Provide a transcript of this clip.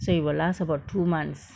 so it will last about two months